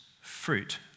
fruit